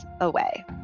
away